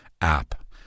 app